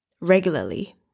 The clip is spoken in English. regularly